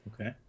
Okay